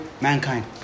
mankind